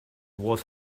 was